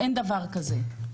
אין דבר כזה?